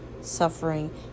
suffering